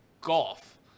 golf